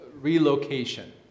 relocation